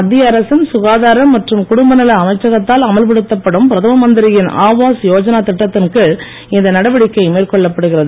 மத்திய அரசின் சுகாதார மற்றும் குடும்பநல அமைச்சகத்தால் அமல்படுத்தப்படும் பிரதமந்திரியின் ஆவாஸ் யோஜன திட்டத்தின் கீழ் இந்த நடவடிக்கை மேற்கொள்ளப்படுகிறது